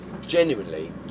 genuinely